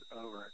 over